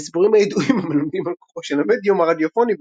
אחד הסיפורים הידועים המלמדים על כוחו של המדיום הרדיופוני